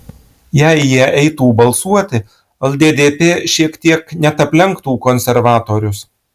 jei jie eitų balsuoti lddp šiek tiek net aplenktų konservatorius